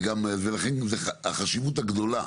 ולכן החשיבות הגדולה,